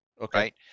Okay